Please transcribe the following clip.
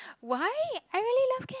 why I really love cat